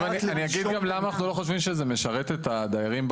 אגיד גם למה אני לא חושב שזה משרת את הדיירים.